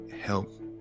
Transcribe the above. help